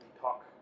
talk